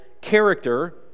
character